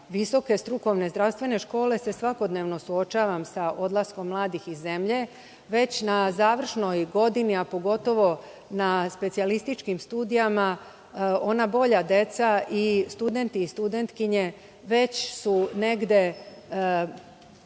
Visoke strukovne zdravstvene škole se svakodnevno suočavam sa odlaskom mladih iz zemlje. Već na završnoj godini, a pogotovo na specijalističkim studijama, ona bolja deca i studenti i studentkinje već su im